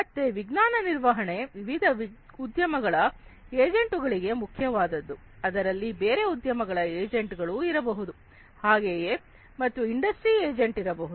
ಮತ್ತೆ ವಿಜ್ಞಾನ ನಿರ್ವಹಣೆ ವಿವಿಧ ಉದ್ಯಮಗಳ ಏಜೆಂಟುಗಳಿಗೆ ಮುಖ್ಯವಾದದ್ದು ಅದರಲ್ಲಿ ಬೇರೆ ಉದ್ಯಮಗಳ ಏಜೆಂಟ್ ಗಳು ಇರಬಹುದು ಹಾಗೆಯೇ ಮತ್ತು ಇಂಡಸ್ಟ್ರಿ ಎಜೆಂಟ್ ಇರಬಹುದು